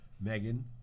Megan